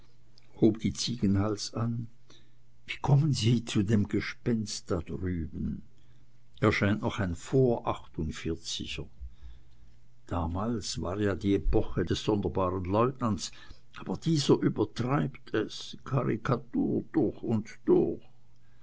die ziegenhals an wie kommen sie zu dem gespenst da drüben er scheint noch ein vorachtundvierziger das war damals die epoche des sonderbaren lieutenants aber dieser übertreibt es karikatur durch und durch